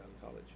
College